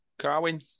Carwin